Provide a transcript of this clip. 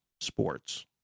sports